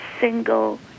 single